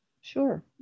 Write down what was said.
Sure